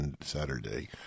Saturday